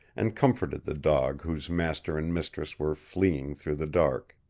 and comforted the dog whose master and mistress were fleeing through the dark.